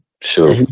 sure